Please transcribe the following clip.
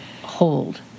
hold